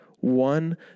One